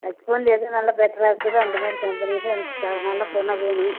touch ஃபோன்ல எது நல்ல பெட்டராக இருக்குதோ அந்தமாதிரி கம்பெனியில எனக்கு க நல்ல ஃபோனாக வேணும்